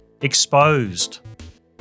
Exposed